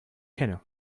kenne